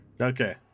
Okay